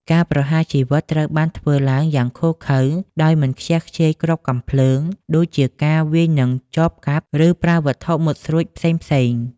ការប្រហារជីវិតត្រូវបានធ្វើឡើងយ៉ាងឃោរឃៅ ដោយមិនខ្ជះខ្ជាយគ្រាប់កាំភ្លើង ដូចជាការវាយនឹងចបកាប់ ឬប្រើវត្ថុមុតស្រួចផ្សេងៗ។